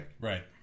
Right